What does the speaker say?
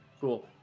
Cool